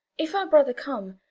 if our brother come,